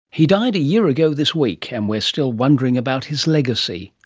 he died a year ago this week and we're still wondering about his legacy.